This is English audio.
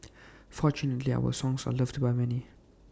fortunately our songs are loved by many